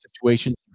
situations